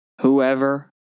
whoever